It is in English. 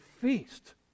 feast